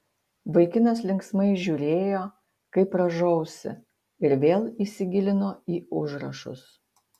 vaikinas linksmai žiūrėjo kaip rąžausi ir vėl įsigilino į užrašus